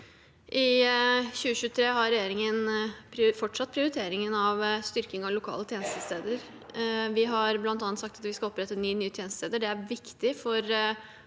I 2023 har regjeringen fortsatt prioriteringen av styrking av lokale tjenestesteder. Vi har bl.a. sagt at vi skal opprette ni nye tjenestesteder. Det er viktig for